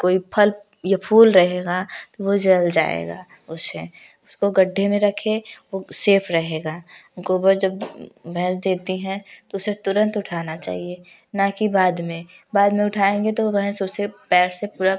कोई फल या फूल रहेगा तो वो जल जाएगा उससे उसको गड्ढे में रखें वो सेफ़ रहेगा गोबर जब भैंस देती हैं तो उसे तुरंत उठाना चाहिए ना कि बाद में बाद में उठाएंगे तो भैंस उसे पैर से पूरा